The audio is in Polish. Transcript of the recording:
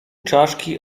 czaszki